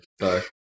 Sorry